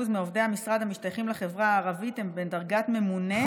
48% מעובדי המשרד המשתייכים לחברה הערבית הם בדרגת ממונה,